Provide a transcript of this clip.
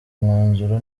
umwanzuro